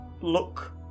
look